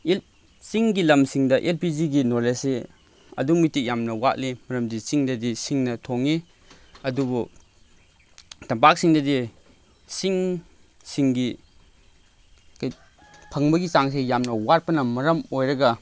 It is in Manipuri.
ꯆꯤꯡꯒꯤ ꯂꯝꯁꯤꯡꯗ ꯑꯦꯜ ꯄꯤ ꯖꯤꯒꯤ ꯅꯣꯂꯦꯖꯁꯤ ꯑꯗꯨꯛꯀꯤꯃꯇꯤꯛ ꯌꯥꯝꯅ ꯋꯥꯠꯂꯤ ꯃꯔꯝꯗꯤ ꯆꯤꯡꯗꯗꯤ ꯁꯤꯡꯅ ꯊꯣꯡꯉꯤ ꯑꯗꯨꯕꯨ ꯇꯝꯄꯥꯛꯁꯤꯡꯗꯗꯤ ꯁꯤꯡ ꯁꯤꯡꯒꯤ ꯐꯪꯕꯒꯤ ꯆꯥꯡꯁꯦ ꯌꯥꯝꯅ ꯋꯥꯠꯄꯅ ꯃꯔꯝ ꯑꯣꯏꯔꯒ